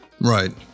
Right